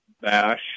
bash